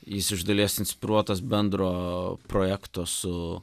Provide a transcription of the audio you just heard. jis iš dalies inspiruotas bendro projekto su